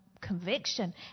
conviction